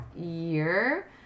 year